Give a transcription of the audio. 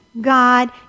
God